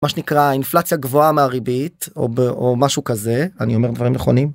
מה שנקרא האינפלציה גבוהה מהריבית, או ב... משהו כזה. אני אומר דברים נכונים?